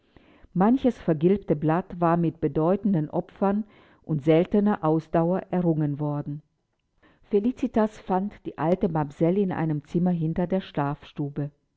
manches vergilbte blatt war mit bedeutenden opfern und seltener ausdauer errungen worden felicitas fand die alte mamsell in einem zimmer hinter der schlafstube